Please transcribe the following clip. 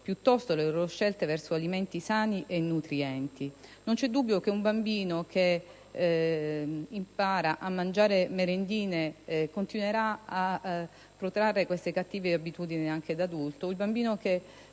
piuttosto - le loro scelte verso alimenti sani e nutrienti. Non c'è dubbio che un bambino che impara a mangiare le merendine continuerà a protrarre queste cattive abitudini anche da adulto;